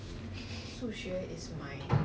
fifteen fifteen sept